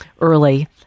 early